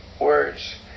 words